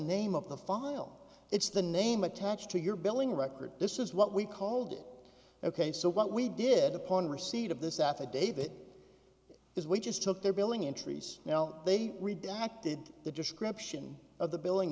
name of the file it's the name attached to your billing record this is what we called it ok so what we did upon receipt of this affidavit because we just took their billing entries now they redacted the description of the billing